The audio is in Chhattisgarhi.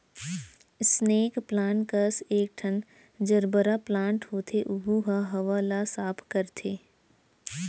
स्नेक प्लांट कस एकठन जरबरा प्लांट होथे ओहू ह हवा ल साफ करथे